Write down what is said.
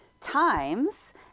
times